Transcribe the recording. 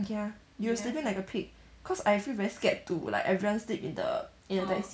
ya you were sleeping like a pig cause I feel very scared to like everyone sleep in the in the taxi